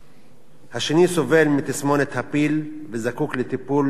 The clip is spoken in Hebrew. השני סובל מ"תסמונת הפיל" וזקוק לטיפול מתמיד,